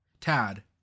TAD